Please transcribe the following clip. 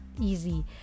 easy